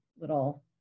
little